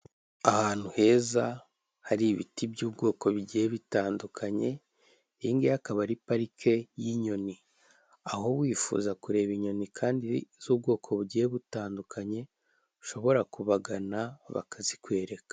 Ahantu heza hari ibiti by'ubwoko bigiye bitandukanye, iyi ngiyi akaba ari parike y'inyoni, aho wifuza kureba inyoni kandi z'ubwoko bugiye butandukanye, ushobora kubagana bakazikwereka.